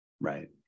Right